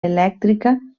elèctrica